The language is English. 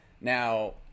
Now